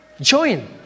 join